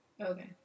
Okay